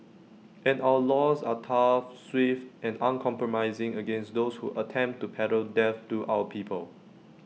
and our laws are tough swift and uncompromising against those who attempt to peddle death to our people